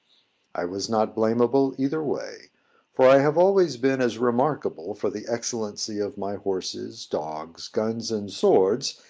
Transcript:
i was not blamable either way for i have always been as remarkable for the excellency of my horses, dogs, guns, and swords,